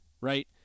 right